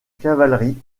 cavalerie